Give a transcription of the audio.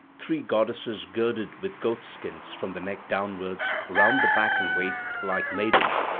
three goddesses girded with goat-skins from the neck downwards round the back and waist, like maidens,